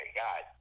god